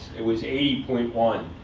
it was eighty point one.